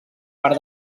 per